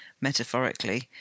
metaphorically